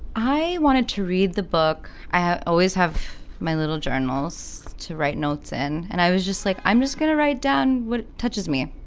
i wanted to read the book. i always have my little journals to write notes. and and i was just like, i'm just gonna write down what touches me.